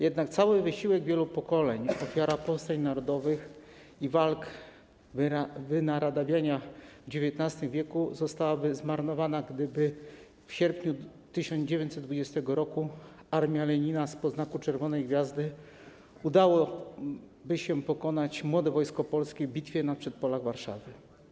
Jednak cały wysiłek wielu pokoleń, ofiara powstań narodowych i walki z wynaradawianiem w XIX w. zostałyby zmarnowane, gdyby w sierpniu 1920 r. armii Lenina spod znaku czerwonej gwiazdy udało się pokonać młode Wojsko Polskie w bitwie na przedpolach Warszawy.